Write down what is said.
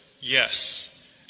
Yes